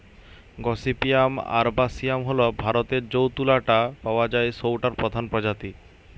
gossypium arboreum হইল ভারতরে যৌ তুলা টা পাওয়া যায় সৌটার প্রধান প্রজাতি